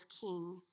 king